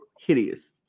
hideous